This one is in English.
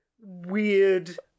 weird